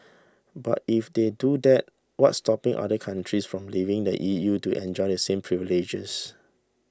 but if they do that what's stopping other countries from leaving the EU to enjoy the same privileges